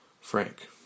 Frank